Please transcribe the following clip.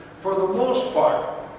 for the most part,